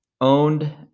owned